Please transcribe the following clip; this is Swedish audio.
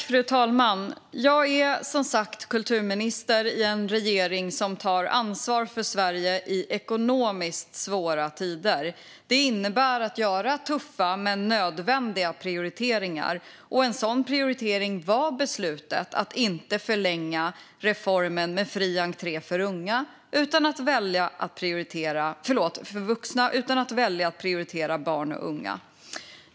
Fru talman! Jag är som sagt kulturminister i en regering som tar ansvar för Sverige i ekonomiskt svåra tider. Det innebär att göra tuffa men nödvändiga prioriteringar, och en sådan prioritering var beslutet att inte förlänga reformen med fri entré för vuxna utan att välja att prioritera barn och unga.